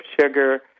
sugar